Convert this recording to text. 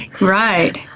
Right